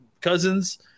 cousins